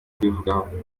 kubivugaho